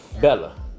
Bella